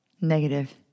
Negative